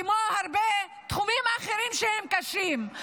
כמו הרבה תחומים קשים אחרים,